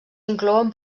inclouen